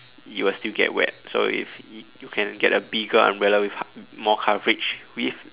you will still get wet so if y~ you can get a bigger umbrella with more coverage with